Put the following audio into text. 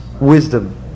wisdom